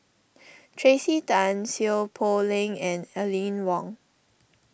Tracey Tan Seow Poh Leng and Aline Wong